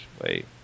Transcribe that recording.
Wait